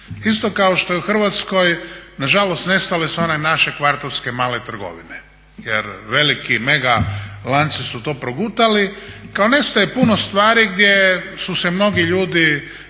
Isto kao što su u Hrvatskoj nažalost nestale one naše kvartovske male trgovine jer veliki mega lanci su to progutali. Kao nestaje puno stvari gdje su se mnogi ljudi